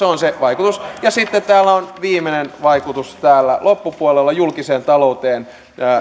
on se vaikutus ja sitten täällä on viimeinen vaikutus täällä loppupuolella julkiseen talouteen